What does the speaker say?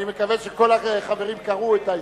אני מקווה שכל החברים קראו את ההסתייגות.